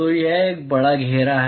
तो यह एक बड़ा घेरा है